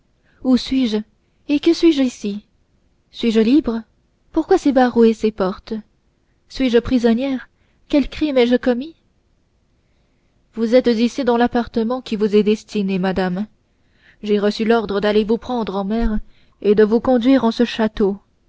où suis-je et que suis-je ici suis-je libre pourquoi ces barreaux et ces portes suis-je prisonnière quel crime ai-je commis vous êtes ici dans l'appartement qui vous est destiné madame j'ai reçu l'ordre d'aller vous prendre en mer et de vous conduire en ce château